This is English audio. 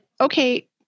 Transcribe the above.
okay